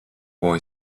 boy